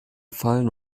fallen